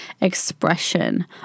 expression